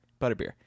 Butterbeer